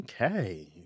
Okay